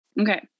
Okay